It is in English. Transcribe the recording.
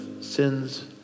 sins